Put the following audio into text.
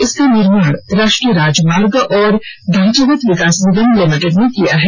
इसका निर्माण राष्ट्रीय राजमार्ग और ढांचागत विकास निगम लिमिटेड ने किया है